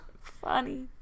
Funny